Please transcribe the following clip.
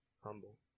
humble